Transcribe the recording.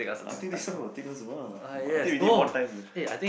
I think this one will take us a while I think we need more time